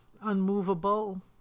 unmovable